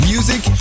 Music